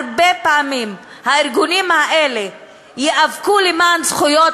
הרבה פעמים הארגונים האלה ייאבקו למען זכויות